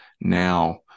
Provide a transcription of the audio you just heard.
now